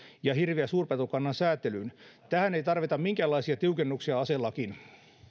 ja hirvi ja suurpetokannan sääntelyyn tässä ei tarvita minkäänlaisia tiukennuksia aselakiin